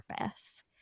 purpose